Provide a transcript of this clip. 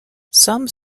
some